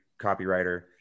copywriter